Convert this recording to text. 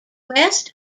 west